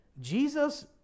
Jesus